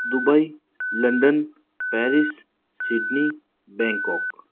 Dubai London Paris Sydney Bangkok